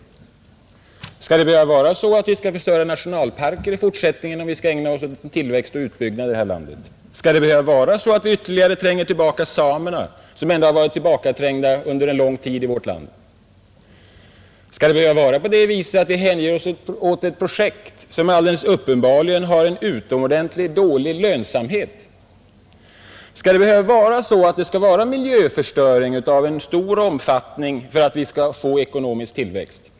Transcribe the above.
Skall det behöva vara så, att vi måste förstöra nationalparker, om vi i fortsättningen skall ägna oss åt tillväxt och utbyggnad i det här landet? Skall det behöva vara så, att vi ytterligare tränger tillbaka samerna, som ändå under en mycket lång tid har varit tillbakaträngda i vårt land? Skall det behöva vara på det viset, att vi hänger oss åt projekt som alldeles uppenbarligen har en utomordentligt dålig lönsamhet? Skall det behöva vara så, att det skall till miljöförstöring av stor omfattning för att vi skall få ekonomisk tillväxt?